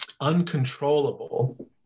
uncontrollable